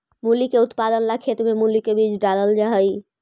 मूली के उत्पादन ला खेत में मूली का बीज डालल जा हई